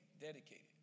dedicated